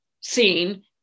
seen